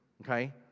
okay